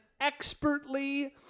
expertly